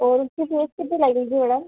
और उसकी फ़ीस कितनी लगेगी मैडम